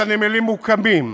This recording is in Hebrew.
הנמלים מוקמים.